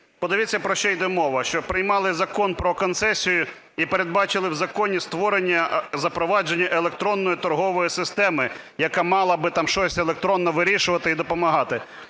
Подивіться, про що йде мова, що приймали Закон "Про концесію" і передбачили в законі створення, запровадження електронної торгової системи, яка мала би там щось електронно вирішувати і допомагати.